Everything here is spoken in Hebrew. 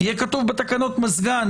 יהיה כתוב בתקנות "מזגן,